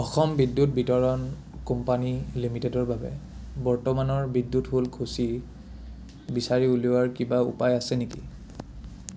অসম বিদ্যুৎ বিতৰণ কোম্পানী লিমিটেডৰ বাবে বৰ্তমানৰ বিদ্যুৎ শুল্ক সূচী বিচাৰি উলিওৱাৰ কিবা উপায় আছে নেকি